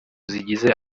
zigize